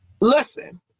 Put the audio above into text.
Listen